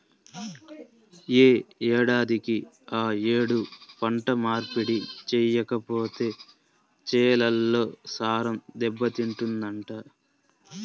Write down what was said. యే ఏడాదికి ఆ యేడు పంట మార్పిడి చెయ్యకపోతే చేలల్లో సారం దెబ్బతింటదంట